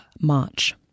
march